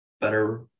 better